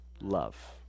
love